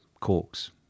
corks